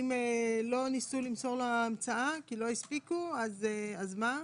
אם לא ניסו למסור לו המצאה, כי לא הספיקו, אז מה?